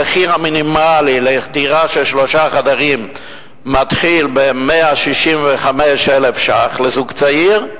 המחיר המינימלי לדירה של שלושה חדרים מתחיל ב-165,000 ש"ח לזוג צעיר.